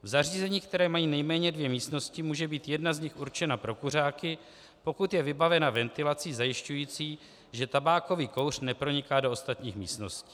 Zařízení, která mají nejméně dvě místnosti, může být jedna z nich určena pro kuřáky, pokud je vybavena ventilací zajišťující, že tabákový kouř neproniká do ostatních místností.